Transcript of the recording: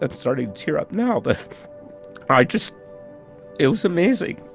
i'm starting to tear up now. but i just it was amazing.